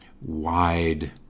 wide